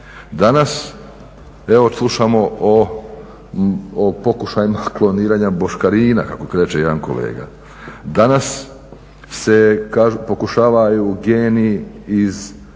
Danas evo slušamo o pokušajima kloniranja boškarina kako reče jedan kolega. Danas se pokušavaju geni iz